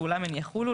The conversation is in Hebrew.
ואולם הן יחולו,